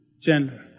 gender